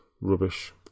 rubbish